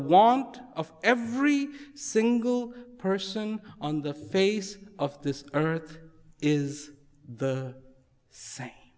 want of every single person on the face of this earth is the same w